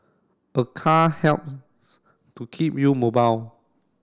a car helps to keep you mobile